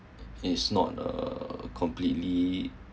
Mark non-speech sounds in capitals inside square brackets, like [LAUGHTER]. [BREATH] is not uh completely